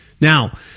Now